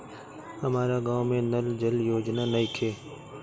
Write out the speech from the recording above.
हमारा गाँव मे नल जल योजना नइखे?